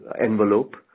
envelope